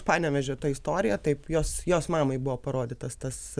panevėžio ta istorija taip jos jos mamai buvo parodytas tas